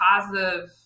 positive